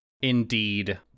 Indeed